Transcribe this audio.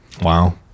Wow